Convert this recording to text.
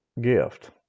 gift